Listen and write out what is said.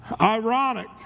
ironic